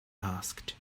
asked